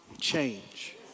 change